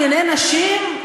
ענייני נשים,